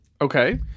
Okay